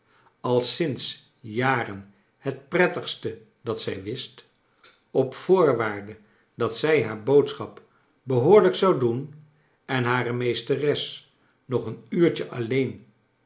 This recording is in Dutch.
al sinds jaren het prettigste dat zij wist op voorwaarde dat zij haar boodschap behoorlijk zou doen en hare meesteres nog een unrtje alleen